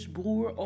broer